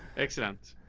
excellent.